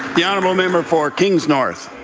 the honourable member for kings north.